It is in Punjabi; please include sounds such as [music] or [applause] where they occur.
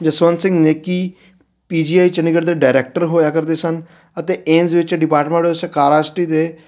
Jaswant Singh Neki P G I Chandigarh ਦੇ ਡਾਇਰੈਕਟਰ ਹੋਇਆ ਕਰਦੇ ਸਨ ਅਤੇ ਏਮਜ਼ ਵਿੱਚ ਡਿਪਾਰਟਮੈਂਟ ਆਫ [unintelligible] ਦੇ